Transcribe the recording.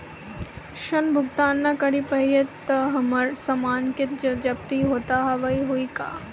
ऋण भुगतान ना करऽ पहिए तह हमर समान के जब्ती होता हाव हई का?